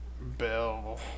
Bell